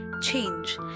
change